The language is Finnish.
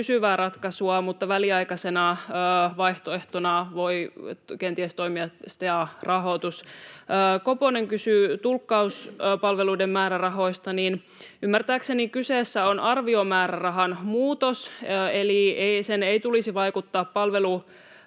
ratkaisua, mutta väliaikaisena vaihtoehtona voi kenties toimia STEA-rahoitus. Koponen kysyi tulkkauspalveluiden määrärahoista. Ymmärtääkseni kyseessä on arviomäärärahan muutos, eli sen ei tulisi vaikuttaa palvelutasoon,